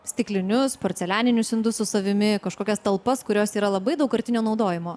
stiklinius porcelianinius indus su savimi kažkokias talpas kurios yra labai daugkartinio naudojimo